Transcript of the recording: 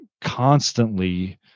constantly